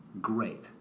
great